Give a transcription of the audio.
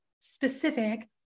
specific